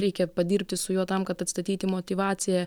reikia padirbti su juo tam kad atstatyti motyvaciją